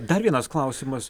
dar vienas klausimas